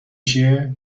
چیه